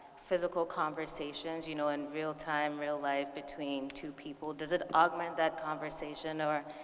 physical conversations you know in real time, real life, between two people? does it augment that conversation? or,